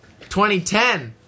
2010